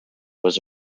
was